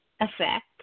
effect